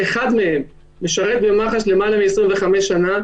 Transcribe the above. אחד מהם משרת במח"ש למעלה מ-25 שנה.